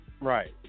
Right